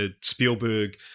spielberg